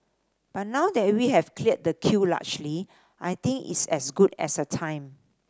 but now that we have cleared the queue largely I think it's as good a time